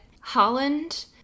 holland